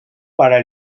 para